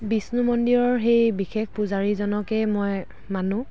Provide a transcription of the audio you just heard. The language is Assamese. বিষ্ণু মন্দিৰৰ সেই বিশেষ পূজাৰীজনকে মই মানো